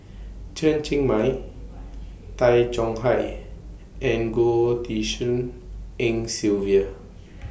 Chen Cheng Mei Tay Chong Hai and Goh Tshin En Sylvia